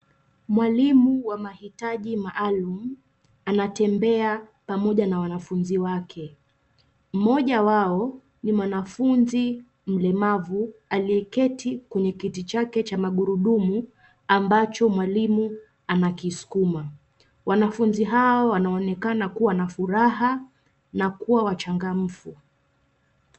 Mwalimu wa mahitaji maalum anatembea pamoja na wanafunzi wake. Mmoja wao ni mwanafunzi mlemavu aliyeketi kwenye kiti chake cha magurudumu ambacho mwalimu anakisukuma. Wanafunzi hawa wanaonekana kuwa na furaha na kuwa wachangamfu.